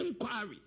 inquiry